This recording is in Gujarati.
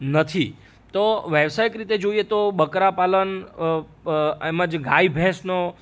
નથી તો વ્યવસાયીક રીતે જોઈએ તો બકરા પાલન એમાં જે ગાય ભેંસનો